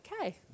okay